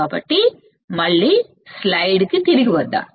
కాబట్టి మళ్ళీ స్లైడ్కు తిరిగి వచ్చి గమనిద్దాం